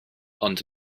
ond